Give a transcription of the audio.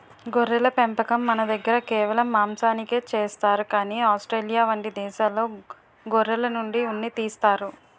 గొర్రెల పెంపకం మనదగ్గర కేవలం మాంసానికే చేస్తారు కానీ ఆస్ట్రేలియా వంటి దేశాల్లో గొర్రెల నుండి ఉన్ని తీస్తారు